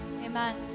Amen